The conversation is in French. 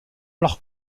leur